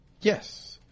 Yes